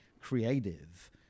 creative